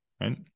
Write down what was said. right